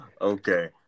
Okay